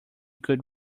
could